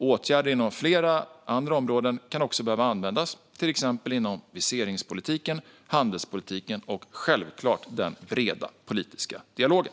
Åtgärder inom flera andra områden kan också behöva användas, till exempel inom viseringspolitiken, handelspolitiken och självklart den breda politiska dialogen.